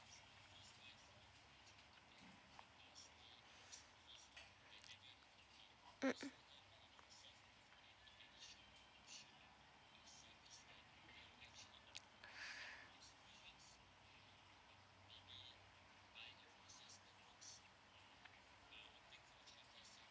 mm